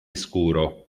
scuro